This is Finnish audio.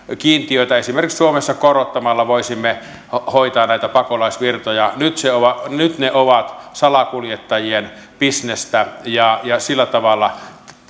esimerkiksi suomessa korottamalla voisimme hoitaa näitä pakolaisvirtoja nyt ne ovat salakuljettajien bisnestä ja ja sillä tavalla